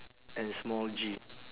and small G